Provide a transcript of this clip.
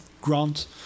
grant